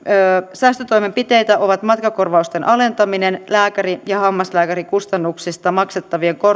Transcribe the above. säästötoimenpiteitä ovat matkakorvausten alentaminen lääkäri ja hammaslääkärikustannuksista maksettavien